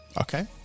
Okay